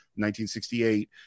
1968